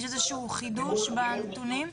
יש חידוש בנתונים?